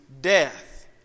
death